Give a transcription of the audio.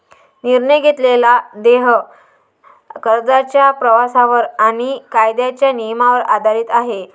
निर्णय घेतलेले देय कर्जाच्या प्रवेशावर आणि कायद्याच्या नियमांवर आधारित आहे